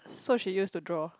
so she used to draw